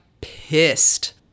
pissed